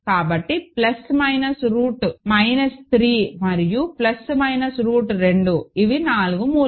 కాబట్టి plus minus root minus 3 మరియు plus minus root 2 ఇవి 4 మూలాలు